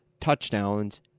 touchdowns